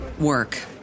work